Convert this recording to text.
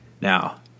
Now